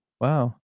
Wow